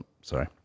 Sorry